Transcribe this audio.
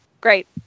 great